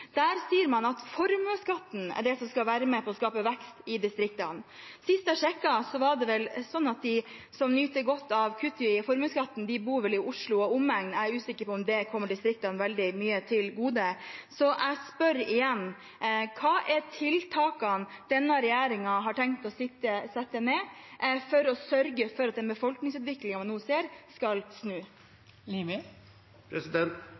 Der sier man at formuesskatten er det som skal være med på å skape vekst i distriktene. Sist jeg sjekket, var det sånn at de som nyter godt av kutt i formuesskatten, bor i Oslo og omegn. Jeg er usikker på om det kommer distriktene veldig mye til gode. Så jeg spør igjen: Hva er tiltakene denne regjeringen har tenkt å sette i verk for å sørge for at den befolkningsutviklingen vi nå ser, skal snu?